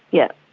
yep,